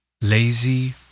Lazy